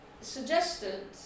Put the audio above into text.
suggested